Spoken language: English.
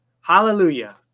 Hallelujah